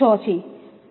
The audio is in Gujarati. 6 છે